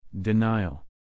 Denial